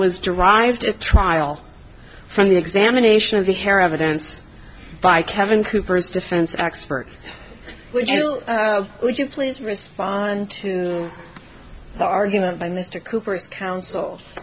was derived at trial from the examination of the hair evidence by kevin cooper's defense expert would you would you please respond to the argument by mr cooper's coun